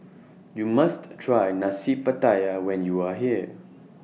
YOU must Try Nasi Pattaya when YOU Are here